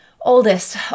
oldest